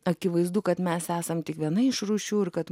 akivaizdu kad mes esam tik viena iš rūšių ir kad